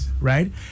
right